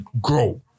grow